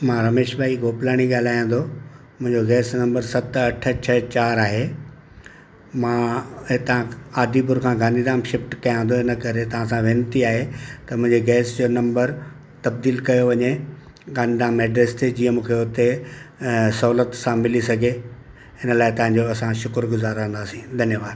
मां रमेश भाई गोकलाणी ॻाल्हायां थो मुंहिंजो गैस नम्बर सत अठ छ चारि आहे मां हितां आदिपुर खां गांधीधाम शिफ्ट कयां थो इनकरे तवहांसां वेनती आहे त मुंजे गैस जो नम्बर तब्दीलु कयो वञे गांधीधाम एड्रस जीअं मूंखे सहुलियत सां मिली सघे हिन लाए तव्हांजो असां शुक्रगुज़ार रहंदासीं धन्यवादु